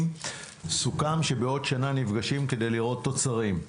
סוכם שבעוד שנה נפגשים כדי לראות תוצרים.